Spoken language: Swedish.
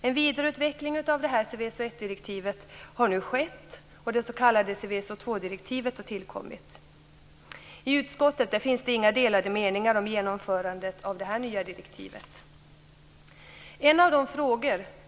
En vidareutveckling av Seveso I-direktivet har nu skett, och det s.k. Seveso II-direktivet har tillkommit. I utskottet finns inga delade meningar om genomförandet av det nya direktivet.